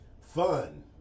fun